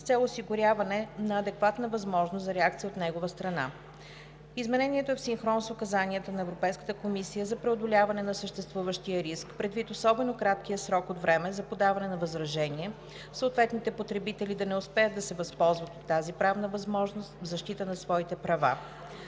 с цел осигуряване на адекватна възможност за реакция от негова страна. Изменението е в синхрон с указанията на Европейската комисия за преодоляване на съществуващия риск, предвид особено краткия срок от време за подаване на възражение, съответните потребители да не успеят да се възползват от тази правна възможност в защита на своите права.